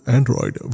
Android